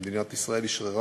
שמדינת ישראל אשררה,